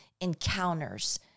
encounters